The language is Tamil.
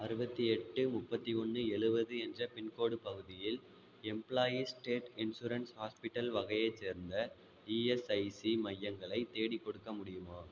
அறுவத்தி எட்டு முப்பத்தி ஒன்னு எழுவது என்ற பின்கோடு பகுதியில் எம்ப்ளாயீஸ் ஸ்டேட் இன்சூரன்ஸ் ஹாஸ்பிட்டல் வகையைச் சேர்ந்த இஎஸ்ஐசி மையங்களை தேடிக்கொடுக்க முடியுமா